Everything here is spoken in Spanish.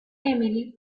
emily